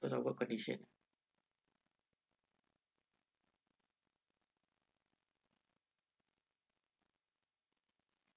because of work condition